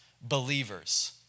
Believers